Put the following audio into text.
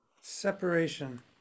Separation